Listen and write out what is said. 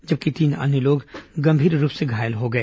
जबकि तीन अन्य लोग गंभीर रूप से घायल हो गए